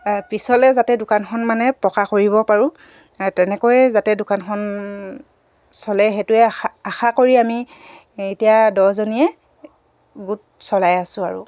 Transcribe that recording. পিছলৈ যাতে দোকানখন মানে পকা কৰিব পাৰোঁ তেনেকৈয়ে যাতে দোকানখন চলে সেইটোৱে আশা কৰি আমি এতিয়া দহজনীয়ে গোট চলাই আছো আৰু